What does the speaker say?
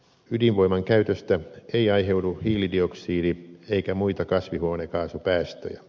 ydinvoiman käytöstä ei aiheudu hiilidioksidi eikä muita kasvihuonekaasupäästöjä